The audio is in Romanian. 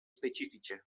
specifice